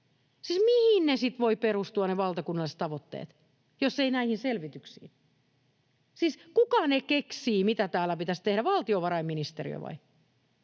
Siis mihin ne valtakunnalliset tavoitteet sitten voivat perustua, jos eivät näihin selvityksiin? Siis kuka ne keksii, mitä täällä pitäisi tehdä, valtiovarainministeriö vai?